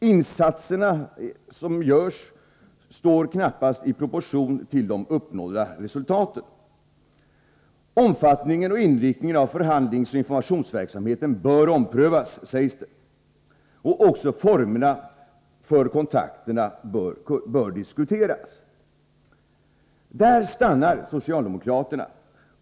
De insatser som görs står knappast i proportion till de uppnådda resultaten. Omfattningen och inriktningen av förhandlingsoch informationsverksamheten bör omprövas, sägs det. Också formerna för kontakter bör diskuteras. Där stannar socialdemokraterna.